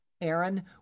Aaron